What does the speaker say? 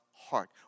Heart